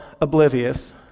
oblivious